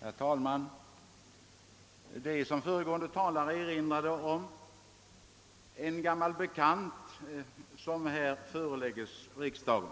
Herr talman! Det är, som föregående talare erinrade om, ett gammalt bekant förslag som här föreläggs riksdagen.